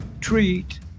treat